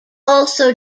also